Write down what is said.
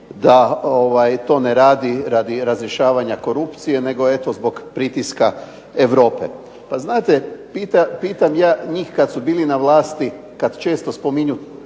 da to ne radi radi razrješavanja korupcije, nego eto zbog pritiska Europe. Pa znate pitam ja njih, kad su bili na vlasti, kad često spominju